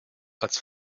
als